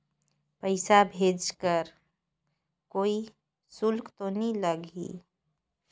पइसा भेज कर कोई शुल्क तो नी लगही?